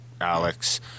Alex